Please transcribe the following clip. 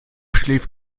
schläft